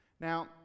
Now